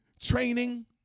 training